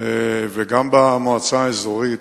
וגם במועצה האזורית,